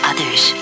Others